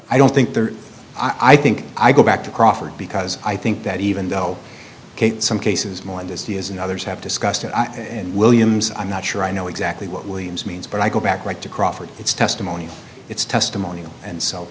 i don't think there i think i go back to crawford because i think that even though some cases more and as the as and others have discussed and williams i'm not sure i know exactly what williams means but i go back right to crawford it's testimony it's testimony and so